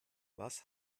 was